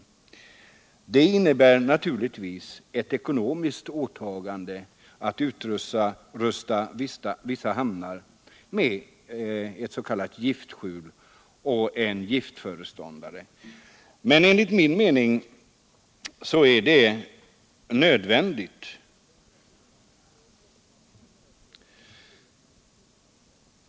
Det innebär naturligtvis ett ekonomiskt åtagande att utrusta vissa hamnar med giftskjul och en giftföreståndare, men enligt min mening är det nödvändigt.